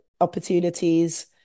opportunities